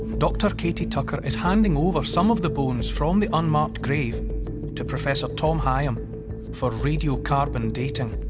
dr katie tucker is handing over some of the bones from the unmarked grave to professor tom higham for radiocarbon dating.